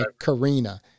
Karina